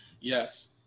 Yes